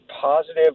positive